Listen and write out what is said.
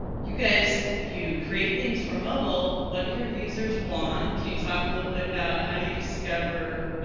you guys, you create things for mobile, what do your users want? can you talk a little bit about how you discover